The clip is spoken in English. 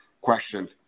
question